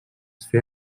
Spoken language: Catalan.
fer